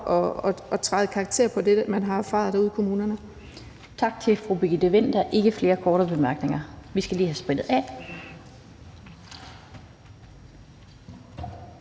og træde i karakter over for det, man har erfaret derude i kommunerne.